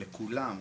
לכולם,